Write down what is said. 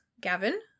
Gavin